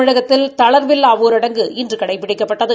தமிழகத்தில் தளா்வில்லா ஊரடங்கு இன்று கடைபிடிக்கப்பட்டது